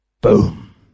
Boom